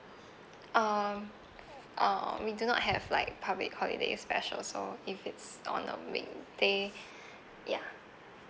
um uh we do not have like public holiday specials so if it's on a weekday ya